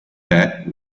bed